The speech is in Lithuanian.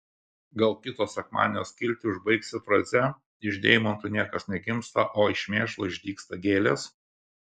gal kito sekmadienio skiltį užbaigsi fraze iš deimantų niekas negimsta o iš mėšlo išdygsta gėlės